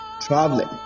traveling